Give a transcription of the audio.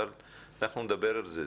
אבל אנחנו נדבר על זה,